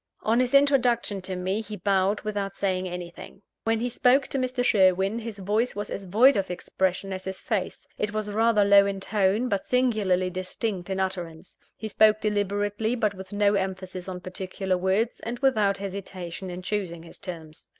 on his introduction to me, he bowed without saying anything. when he spoke to mr. sherwin, his voice was as void of expression as his face it was rather low in tone, but singularly distinct in utterance. he spoke deliberately, but with no emphasis on particular words, and without hesitation in choosing his terms.